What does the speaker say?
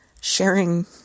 sharing